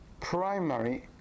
primary